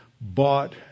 bought